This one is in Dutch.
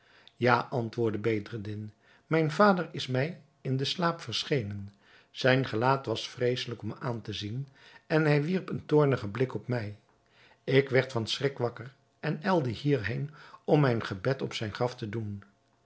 ja antwoordde bedreddin mijn vader is mij in den slaap verschenen zijn gelaat was vreeselijk om aan te zien en hij wierp een toornigen blik op mij ik werd van schrik wakker en ijlde hier heen om mijn gebed op zijn graf te doen